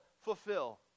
fulfill